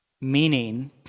Meaning